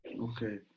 okay